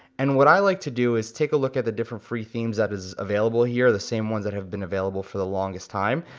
and what i like to do is take a look at the different free themes that is available here, the sames ones that have been available for the longest time.